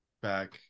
back